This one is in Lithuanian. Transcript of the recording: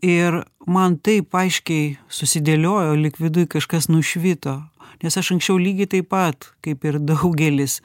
ir man taip aiškiai susidėliojo lyg viduj kažkas nušvito nes aš anksčiau lygiai taip pat kaip ir daugelis